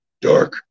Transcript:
dark